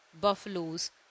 buffaloes